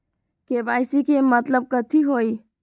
KYC के मतलब कथी होई?